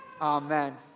Amen